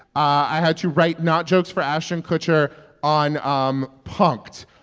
i had to write not-jokes for ashton kutcher on um punk'd.